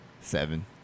seven